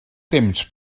temps